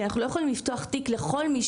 כי אנחנו לא יכולים לפתוח תיק לכל מי